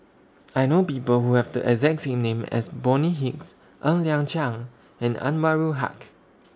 I know People Who Have The exact name as Bonny Hicks Ng Liang Chiang and Anwarul Haque